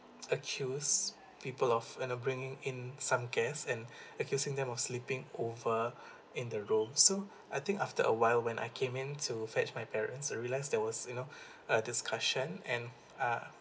accuse people of and are bringing in some guest and accusing them of sleeping over in the room so I think after awhile when I came in to fetch my parents I realize there was you know a discussion and uh